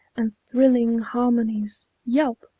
and thrilling harmonies yelp!